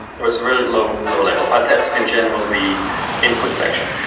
it's a very low low level, but that's in general the input section.